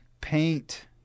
paint